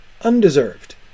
Undeserved